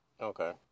Okay